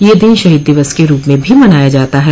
यह दिन शहीद दिवस के रूप में भी मनाया जाता है